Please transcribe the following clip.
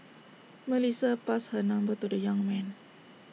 Melissa passed her number to the young man